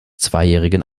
zweijährigen